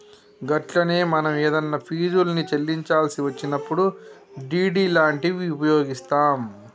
గట్లనే మనం ఏదన్నా ఫీజుల్ని చెల్లించాల్సి వచ్చినప్పుడు డి.డి లాంటివి ఉపయోగిస్తాం